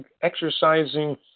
exercising